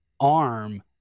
arm